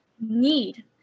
need